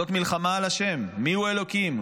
זאת מלחמה על השם, מיהו אלוקים.